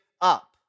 up